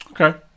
Okay